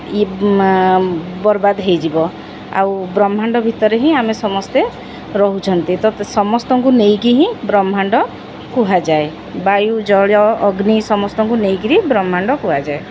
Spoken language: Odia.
ଇଏ ବର୍ବାଦ ହୋଇଯିବ ଆଉ ବ୍ରହ୍ମାଣ୍ଡ ଭିତରେ ହିଁ ଆମେ ସମସ୍ତେ ରହୁଛନ୍ତି ତ ସମସ୍ତଙ୍କୁ ନେଇକି ହିଁ ବ୍ରହ୍ମାଣ୍ଡ କୁହାଯାଏ ବାୟୁ ଜଳୀୟ ଅଗ୍ନି ସମସ୍ତଙ୍କୁ ନେଇକରିି ବ୍ରହ୍ମାଣ୍ଡ କୁହାଯାଏ